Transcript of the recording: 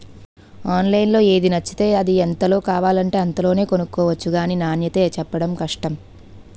ఆన్లైన్లో ఏది నచ్చితే అది, ఎంతలో కావాలంటే అంతలోనే కొనుక్కొవచ్చు గానీ నాణ్యతే చెప్పడం కష్టం